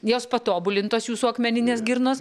jos patobulintos jūsų akmeninės girnos